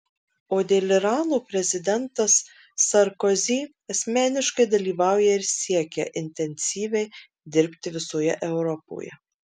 o dėl irano prezidentas sarkozy asmeniškai dalyvauja ir siekia intensyviai dirbti visoje europoje